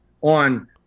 on –